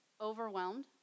overwhelmed